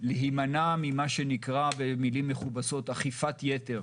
להימנע ממה שנקרא במילים מכובסות אכיפת יתר